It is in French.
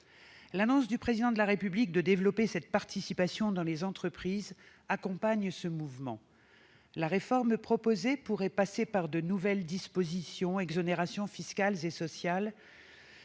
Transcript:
L'annonce du Président de la République de développer la participation dans les entreprises accompagne ce mouvement. La réforme proposée pourrait passer par de nouvelles dispositions, des exonérations fiscales et sociales,